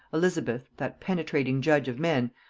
elizabeth, that penetrating judge of men,